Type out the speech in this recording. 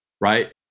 right